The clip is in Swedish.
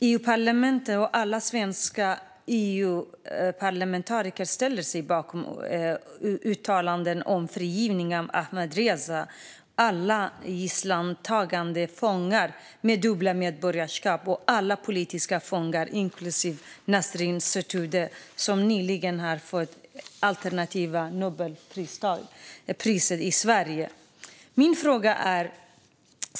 EU-parlamentet och alla svenska Europaparlamentariker ställer sig bakom uttalandet om frigivningen av Ahmadreza, alla gisslantagna fångar med dubbla medborgarskap och alla politiska fångar, inklusive Nasrin Sotoudeh som nyligen erhöll det alternativa Nobelpriset i Sverige.